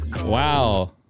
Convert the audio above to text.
Wow